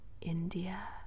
India